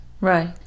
Right